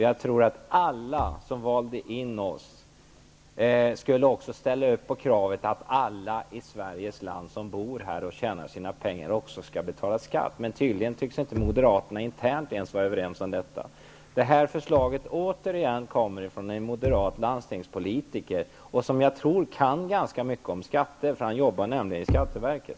Jag tror att alla som valde in oss också skulle ställa upp på kravet att alla som bor i Sverige och tjänar sina pengar här också skall betala skatt. Moderaterna tycks inte ens internt vara överens om detta. Det här förslaget kommer, som jag har sagt tidigare, från en moderat landstingspolitiker. Jag tror att han kan ganska mycket om skatter. Han jobbar nämligen i skatteverket.